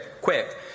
quick